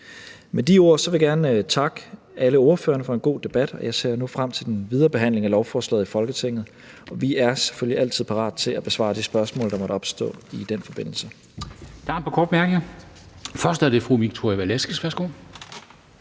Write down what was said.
Med de ord vil jeg gerne takke alle ordførerne for en god debat, og jeg ser nu frem til den videre behandling af lovforslaget i Folketinget. Og vi er selvfølgelig altid parate til at besvare de spørgsmål, der måtte opstå i den forbindelse.